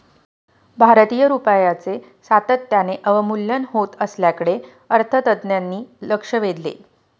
भारतीय रुपयाचे सातत्याने अवमूल्यन होत असल्याकडे अर्थतज्ज्ञांनी लक्ष वेधले